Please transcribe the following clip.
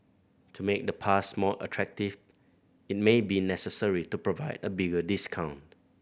to make the pass more attractive it may be necessary to provide a bigger discount